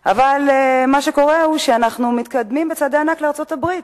אבל מה שקורה הוא שאנחנו מתקדמים בצעדי ענק לארצות-הברית,